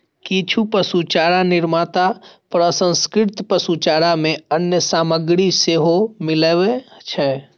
किछु पशुचारा निर्माता प्रसंस्कृत पशुचारा मे अन्य सामग्री सेहो मिलबै छै